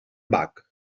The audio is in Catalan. bac